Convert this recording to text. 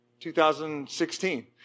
2016